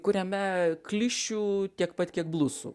kuriame klišių tiek pat kiek blusų